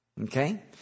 okay